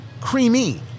creamy